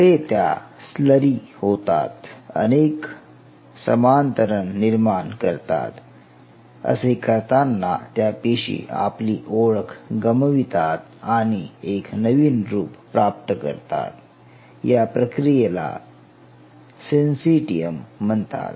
पुढे त्या स्लरी होतात अनेक समानतरण निर्माण करतात असे करताना त्या पेशी आपली ओळख गमवितात आणि एक नवीन रूप प्राप्त करतात या प्रक्रियेला सिन्सीटियम म्हणतात